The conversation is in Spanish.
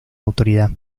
autoridad